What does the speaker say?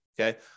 Okay